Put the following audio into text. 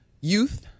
youth